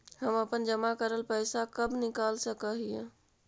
हम अपन जमा करल पैसा कब निकाल सक हिय?